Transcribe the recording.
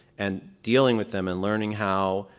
and dealing with them and learning how.